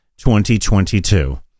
2022